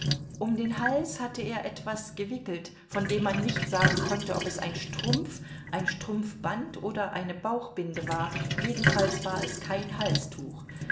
um den hals hatte er etwas gewickelt von dem man nicht sagen konnte ob es ein strumpf ein strumpfband oder eine bauchbinde war jedenfalls war es kein halstuch